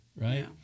right